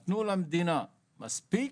הם נתנו למדינה מספיק,